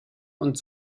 und